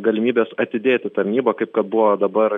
galimybės atidėti tarnybą kaip kad buvo dabar